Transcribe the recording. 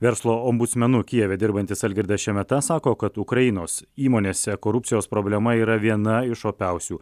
verslo ombudsmenu kijeve dirbantis algirdas šemeta sako kad ukrainos įmonėse korupcijos problema yra viena iš opiausių